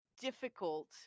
difficult